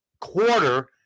quarter